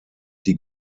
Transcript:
die